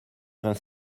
vingt